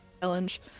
challenge